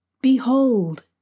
Behold